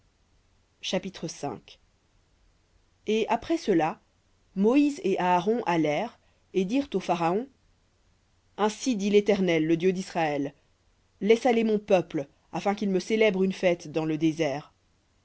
chapitre et après moïse et aaron allèrent et dirent au pharaon ainsi dit l'éternel le dieu d'israël laisse aller mon peuple afin qu'il me célèbre une fête dans le désert